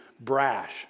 brash